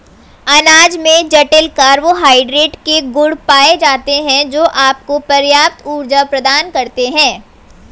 अनाज में जटिल कार्बोहाइड्रेट के गुण पाए जाते हैं, जो आपको पर्याप्त ऊर्जा प्रदान करते हैं